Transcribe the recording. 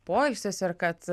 poilsis ir kad